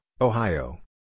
Ohio